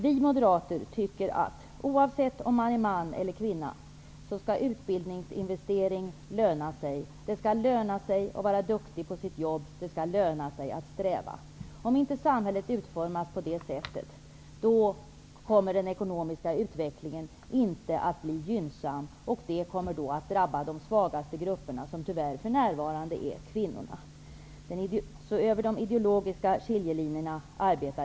Vi Moderater tycker att utbildningsinvestering skall löna sig för både män och kvinnor. Det skall löna sig att vara duktig i jobbet och sträva framåt. Om samhället inte utformas på det sättet kommer den ekonomiska utvecklingen inte att bli gynnsam. Det kommer att drabba de svagaste grupperna, som tyvärr för närvarande utgörs av kvinnor. Vi kommer således inte att arbeta över de ideologiska skiljelinjerna.